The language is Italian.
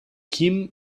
kim